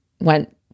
went